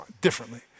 differently